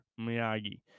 Miyagi